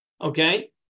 Okay